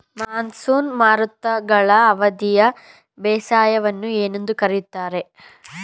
Monsoon ಮಾರುತಗಳ ಅವಧಿಯ ಬೇಸಾಯವನ್ನು ಏನೆಂದು ಕರೆಯುತ್ತಾರೆ?